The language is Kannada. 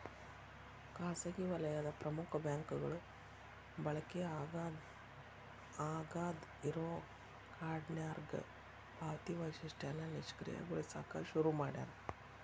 ಖಾಸಗಿ ವಲಯದ ಪ್ರಮುಖ ಬ್ಯಾಂಕ್ಗಳು ಬಳಕೆ ಆಗಾದ್ ಇರೋ ಕಾರ್ಡ್ನ್ಯಾಗ ಪಾವತಿ ವೈಶಿಷ್ಟ್ಯನ ನಿಷ್ಕ್ರಿಯಗೊಳಸಕ ಶುರು ಮಾಡ್ಯಾರ